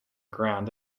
ground